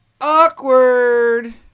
awkward